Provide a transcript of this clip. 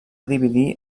dividir